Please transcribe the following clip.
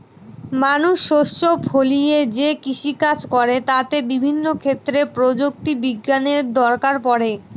মানুষ শস্য ফলিয়ে যে কৃষিকাজ করে তাতে বিভিন্ন ক্ষেত্রে প্রযুক্তি বিজ্ঞানের দরকার পড়ে